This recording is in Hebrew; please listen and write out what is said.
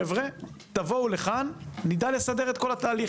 חבר'ה תבואו לכאן ונדע לסדר לכם את כל התהליך,